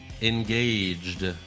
engaged